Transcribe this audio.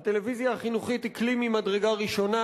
הטלוויזיה החינוכית היא כלי ממדרגה ראשונה,